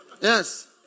Yes